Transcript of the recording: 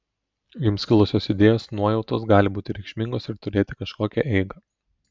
jums kilusios idėjos nuojautos gali būti reikšmingos ir turėti kažkokią eigą